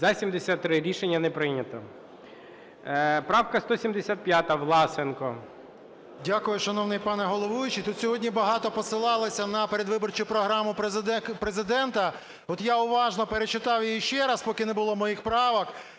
За-73 Рішення не прийнято. Правка 175, Власенко. 17:46:12 ВЛАСЕНКО С.В. Дякую, шановний пане головуючий. Тут сьогодні багато посилалися на передвиборчу програму Президента. От я уважно перечитав її ще раз, поки не було моїх правок.